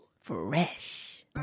Fresh